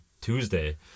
Tuesday